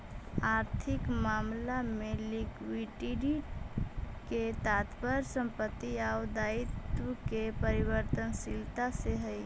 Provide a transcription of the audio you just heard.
आर्थिक मामला में लिक्विडिटी के तात्पर्य संपत्ति आउ दायित्व के परिवर्तनशीलता से हई